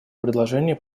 предложения